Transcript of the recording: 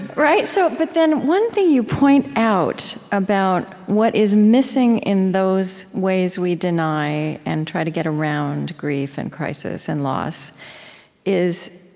so but then one thing you point out about what is missing in those ways we deny and try to get around grief and crisis and loss is,